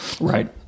Right